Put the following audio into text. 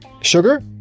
Sugar